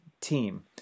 team